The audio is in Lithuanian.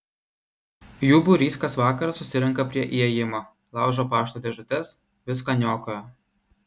jų būrys kas vakarą susirenka prie įėjimo laužo pašto dėžutes viską niokoja